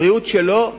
הבריאות שלו,